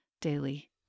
daily